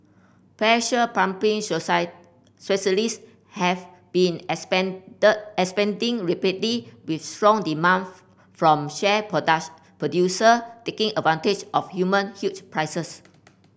pressure pumping specialists have been expanded expanding rapidly with strong demands from shale producer taking advantage of human huge prices